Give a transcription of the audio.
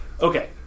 Okay